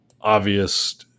obvious